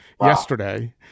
yesterday